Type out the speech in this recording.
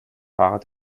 fahrer